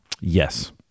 Yes